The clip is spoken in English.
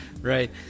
right